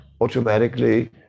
automatically